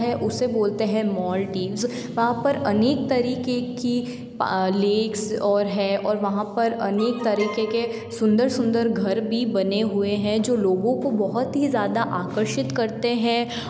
उसे बोलते हैं मॉलडीव्स वहाँ पर अनेक तरीक़े की पा लेक्स और हैं और वहाँ पर अनेक तरीक़े के सुंदर सुंदर घर भी बने हुए हैं जो लोगों को बहुत ही ज़्यादा आकर्षित करते हैं